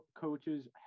coaches